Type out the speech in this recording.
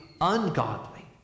ungodly